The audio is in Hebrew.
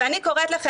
ואני קוראת לכם,